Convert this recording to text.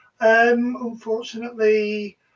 Unfortunately